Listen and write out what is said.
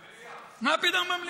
פתרון, שום כלום, מה אתם מציעים?